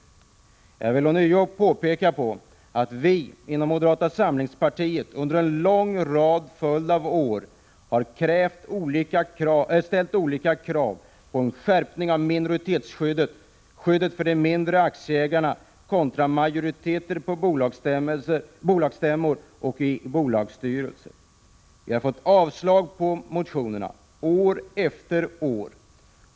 Och jag vill ånyo peka på att vi inom moderata samlingspartiet under en lång följd av år har ställt olika krav på en skärpning av minoritetsskyddet, skyddet för de mindre aktieägarna kontra majoriteter på börsstämmor och i bolagsstyrelser. Vi har fått avslag på motionerna år efter år.